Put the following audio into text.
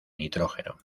nitrógeno